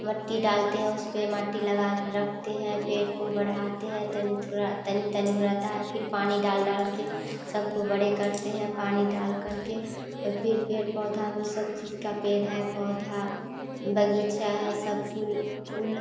मिट्टी डालते हैं उस पर माटी लगा रखते हैं पेड़ को बढ़ाते हैं तनिक थोड़ा तनी तनी रहेता है फिर पानी डाल डाल कर सब को बड़े करते हैं पानी डाल कर के और फिर पेड़ पौधा में सब चीज़ का पेड़ है पौधा बगीचा है सब फूल फूल